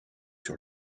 sur